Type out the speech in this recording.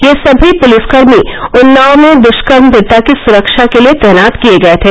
ये समी पुलिसकर्मी उन्नाव में दुष्कर्म पीड़िता की सुरक्षा के लिए तैनात किये गये थे